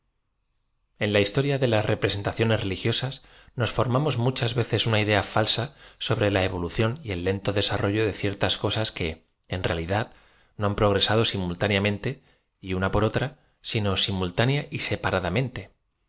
en la historia de las representaciones religiosas nos formamos muchas veces una idea falsa sobre la e vo lución y el lento desarrollo de ciertas cosas que en realidad do han progresado simultáneamente y una por otra sino simultánea y separadamente